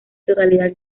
totalidad